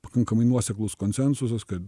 pakankamai nuoseklus konsensusas kad